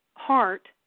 Heart